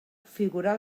figurar